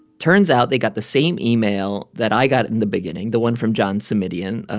turns out they got the same email that i got in the beginning, the one from john simidian,